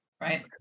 right